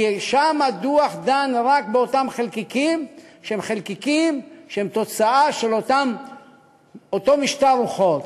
כי שם הדוח דן רק באותם חלקיקים שהם תוצאה של אותו משטר רוחות.